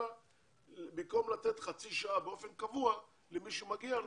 אלא במקום לתת חצי שעה באופן קבוע למי שמגיע,